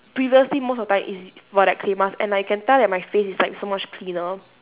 previously most of the time is for that clay mask and I can tell that my face is like so much cleaner